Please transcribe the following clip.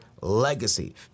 legacy